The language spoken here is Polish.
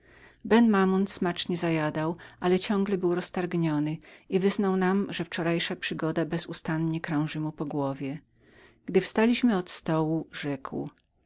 ben mamoun smacznie zajadał ale ciągle był roztargnionym i wyznał nam że wczorajsza przygoda bezustannie krążyła mu po głowie gdy wstaliśmy od stołu rzekł